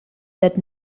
that